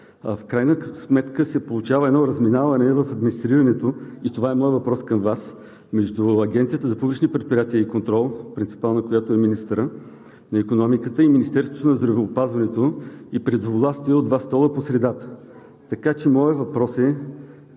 В крайна сметка се получава едно разминаване в администрирането между Агенцията за публични предприятия и контрол – принципал на която е министърът на икономиката, и Министерството на здравеопазването и при двувластие – от два стола по средата. Така че моят въпрос е: